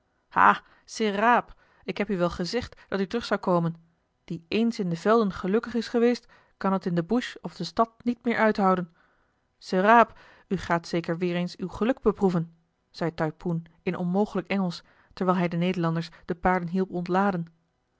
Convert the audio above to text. sir raap ik heb u wel gezegd dat u terug zou komen die éens in de velden gelukkig is geweest kan het in de bush of de stad niet meer uithouden sir raap u gaat zeker weer eens uw geluk beproeven zei taipoen in onmogelijk engelsch terwijl hij de nederlanders de paarden hielp ontladen